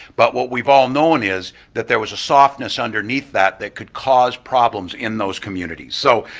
but what we've all known is that there was a softness underneath that that could cause problems in those communities. so